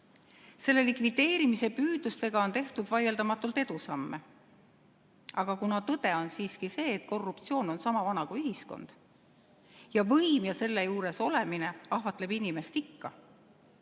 Selle likvideerimise püüdlustega on tehtud vaieldamatult edusamme. Aga tõde on siiski see, et korruptsioon on sama vana kui ühiskond ning võim ja selle juures olemine ahvatleb inimest ikka.